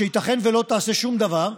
שייתכן שלא תעשה שום דבר,